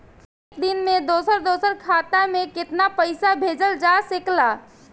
एक दिन में दूसर दूसर खाता में केतना पईसा भेजल जा सेकला?